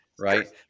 right